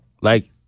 Like-